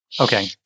okay